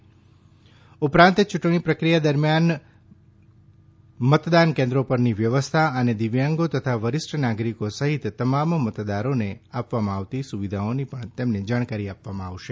પ્રતિનિધિઓને યૂંટણી પ્રક્રિયા મતદાન કેન્દ્રો પર વ્યવસ્થા અને દિવ્યાંગો તથા વરિષ્ઠ નાગરીકો સહિત તમામ મતદારોને આપવામાં આવતી સુવિધાઓની પણ તેમને જાણકારી આપવામાં આવશે